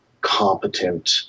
competent